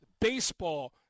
baseball